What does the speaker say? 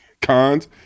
Cons